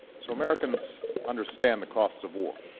so americans understand the costs of war.